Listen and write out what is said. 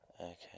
Okay